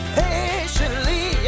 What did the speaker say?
patiently